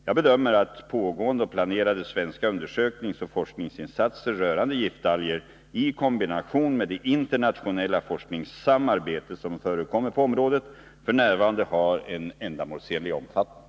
Jag bedömer att pågående och planerade svenska undersökningsoch forskningsinsatser rörande giftalger i kombination med det internationella forskningssamarbete som förekommer på området f.n. har en ändamålsenlig omfattning.